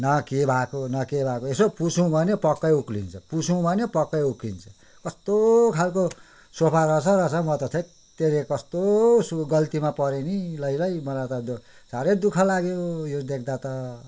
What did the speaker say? न के भएको न के भएको यसो पुसौँ भन्यो प्वाक्कै उक्किन्छ पुसौँ भन्यो प्वाक्कै उक्किन्छ कस्तो खालको सोफा रहेछ रहेछ म त थेत्तेरिका कस्तो गल्तीमा परेँ नि लै लै मलाई त साह्रै दुःख लाग्यो यो देख्दा त